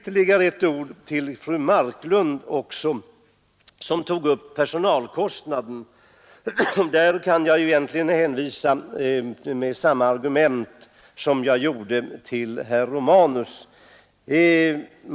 Fru Marklund tog upp frågan om personalkostnader. Där kan jag egentligen använda samma argument som jag gjorde till herr Romanus.